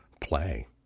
play